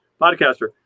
podcaster